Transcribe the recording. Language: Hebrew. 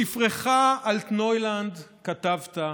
בספרך אלטנוילנד כתבת,